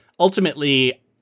Ultimately